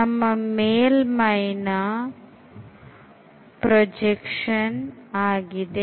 ಇಲ್ಲಿ D xy ಸಮತಲದ ಮೇಲಿನ ಪ್ರೊಜೆಕ್ಷನ್ ಆಗಿದೆ